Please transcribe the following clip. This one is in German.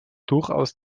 durchaus